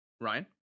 Ryan